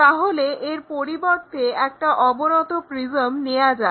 তাহলে এর পরিবর্তে একটা অবনত প্রিজম নেওয়া যাক